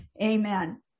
Amen